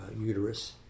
uterus